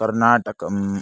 कर्नाटकम्